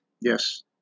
Yes